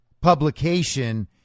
publication